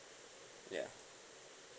ya